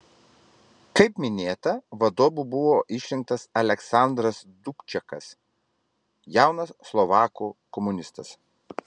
kaip minėta vadovu buvo išrinktas aleksandras dubčekas jaunas slovakų komunistas